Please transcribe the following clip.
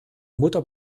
mutter